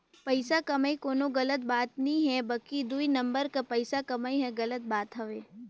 पइसा कमई कोनो गलत बात ना हे बकि दुई नंबर कर पइसा कमई हर गलत बात हवे